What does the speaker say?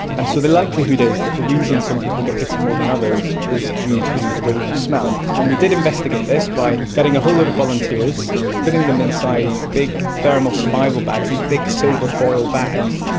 and so the likelihood is that the reason some people get bitten more than others is due to the way you smell. and we did investigate this by getting a whole lot of volunteers, putting them inside big thermal survival bags, these big silver foil bags,